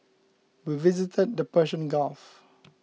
we visited the Persian Gulf